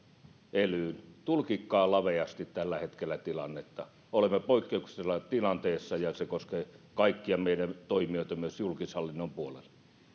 kuin elyynkin tulkitkaa laveasti tällä hetkellä tilannetta olemme poikkeuksellisessa tilanteessa ja se koskee kaikkia meidän toimijoita myös julkishallinnon puolella